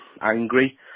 angry